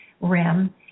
rim